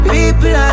People